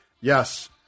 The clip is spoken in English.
Yes